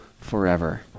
forever